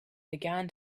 began